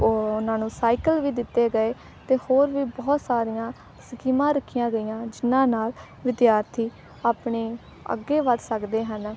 ਉਹਨਾਂ ਨੂੰ ਸਾਈਕਲ ਵੀ ਦਿੱਤੇ ਗਏ ਅਤੇ ਹੋਰ ਵੀ ਬਹੁਤ ਸਾਰੀਆਂ ਸਕੀਮਾਂ ਰੱਖੀਆਂ ਗਈਆਂ ਜਿਹਨਾਂ ਨਾਲ ਵਿਦਿਆਰਥੀ ਆਪਣੇ ਅੱਗੇ ਵੱਧ ਸਕਦੇ ਹਨ